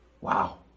Wow